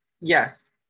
yes